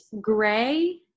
gray